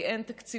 כי אין תקציבים,